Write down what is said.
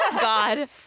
God